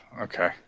Okay